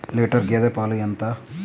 Litre గేదె పాలు ఎంత?